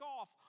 off